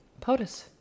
POTUS